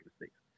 mistakes